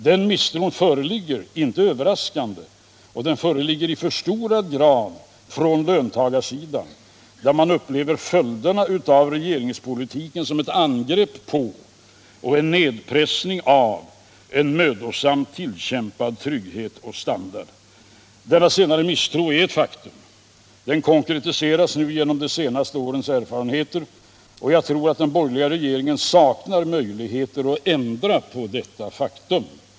Den misstron föreligger inte överraskande i än högre grad från löntagarsidan, där man upplever följderna av regeringspolitiken som ett ingrepp på, och en nedpressning av, en mödosamt tillkämpad trygghet och standard. Denna senare misstro är ett faktum. Den konkretiseras nu på grund av det senaste årets erfarenheter, och jag tror att den borgerliga regeringen saknar möjligheter att ändra på detta faktum.